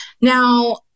Now